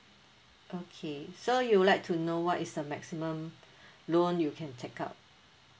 okay so you would like to know what is the maximum loan you can take up